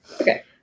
Okay